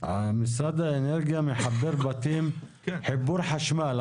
משרד האנרגיה מחבר בתים חיבור חשמל.